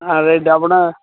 ஆ right அப்படினா